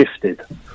shifted